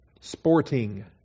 sporting